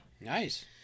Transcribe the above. Nice